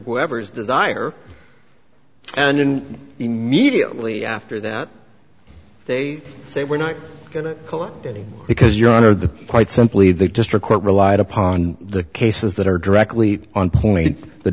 whatever's desire and then immediately after that they say we're not going to collect any because your honor the quite simply the district court relied upon the cases that are directly on point t